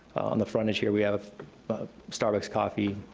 on the frontage here, we have a but starbucks coffee,